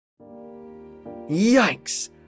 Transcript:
Yikes